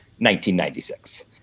1996